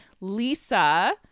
Lisa